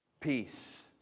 Peace